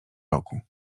roku